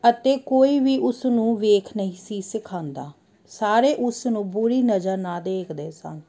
ਅਤੇ ਕੋਈ ਵੀ ਉਸ ਨੂੰ ਦੇਖ ਨਹੀਂ ਸੀ ਸਿਖਾਉਂਦਾ ਸਾਰੇ ਉਸਨੂੰ ਬੁਰੀ ਨਜ਼ਰ ਨਾ ਦੇਖਦੇ ਸਨ